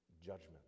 judgment